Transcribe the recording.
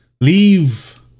leave